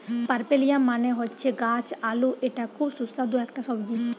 পার্পেলিয়াম মানে হচ্ছে গাছ আলু এটা খুব সুস্বাদু একটা সবজি